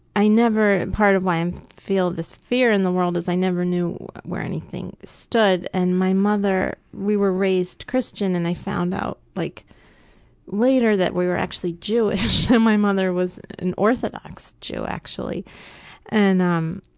i never, part of why i um feel this fear in the world is, i never knew where anything stood and my mother, we were raised christian, and i found out like later that we were actually jewish and my mother was an orthodox jew actually and um